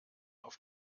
auf